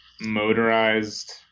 motorized